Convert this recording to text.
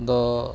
ᱫᱚ